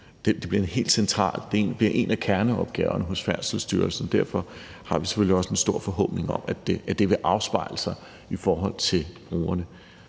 man sikrer, at det bliver en af kerneopgaverne hos Færdselsstyrelsen. Derfor har vi selvfølgelig også en stor forhåbning om, at det vil afspejle sig over for brugerne.